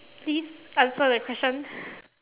please answer the question